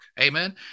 Amen